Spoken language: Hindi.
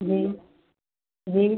जी जी